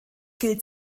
gilt